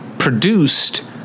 Produced